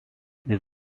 this